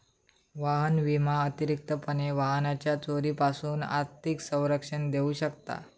वाहन विमा अतिरिक्तपणे वाहनाच्यो चोरीपासून आर्थिक संरक्षण देऊ शकता